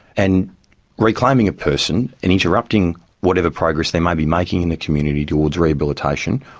and reclaiming a person and interrupting whatever progress they may be making in the community towards rehabilitation,